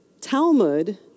Talmud